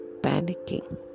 panicking